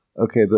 Okay